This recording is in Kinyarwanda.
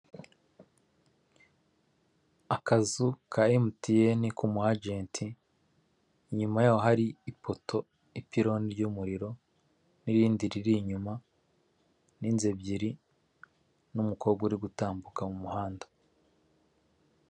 Akazu ka emutiyene k'umuhagenti inyuma yaho hari ipoto, ipironi ry'umuriro n'irindi riri inyuma n'inzu ebyiri n'umukobwa uri gutambuka mu muhanda.